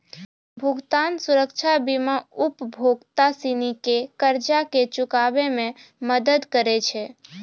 भुगतान सुरक्षा बीमा उपभोक्ता सिनी के कर्जा के चुकाबै मे मदद करै छै